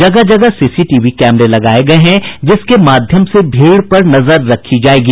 जगह जगह सीसीटीवी कैमरे लगाये गये हैं जिसके माध्यम से भीड़ पर नजर रखी जायेगी